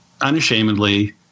unashamedly